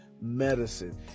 medicine